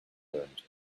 learned